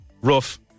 rough